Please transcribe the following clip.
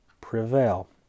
prevail